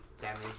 damage